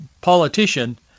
politician